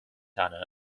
anna